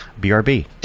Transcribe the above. BRB